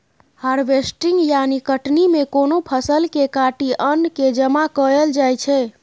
harvesting यानी कटनी मे कोनो फसल केँ काटि अन्न केँ जमा कएल जाइ छै